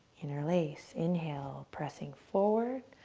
interlace, inhale, pressing forward,